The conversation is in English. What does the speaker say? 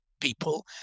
people